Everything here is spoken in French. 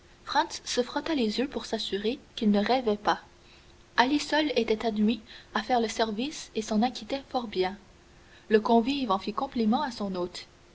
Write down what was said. se frotta les yeux pour s'assurer qu'il ne rêvait pas ali seul était admis à faire le service et s'en acquittait fort bien le convive en fit compliment à son hôte